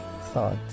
thought